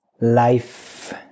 Life